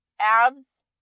Abs